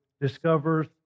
discovers